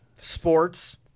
Sports